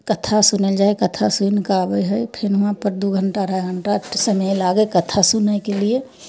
कथा सुनल जाइ है कथा सुनिके आबै है फेर वहाँ पर दू घंटा अढ़ाइ घंटा समय लागै है कथा सुनैके लिए